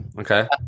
okay